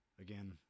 Again